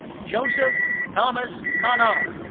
joseph thomas conard.